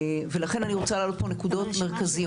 ולכן אני רוצה להעלות פה נקודות מרכזיות.